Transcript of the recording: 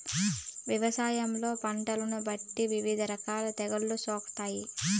వ్యవసాయంలో పంటలను బట్టి వివిధ రకాల తెగుళ్ళు సోకుతాయి